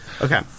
Okay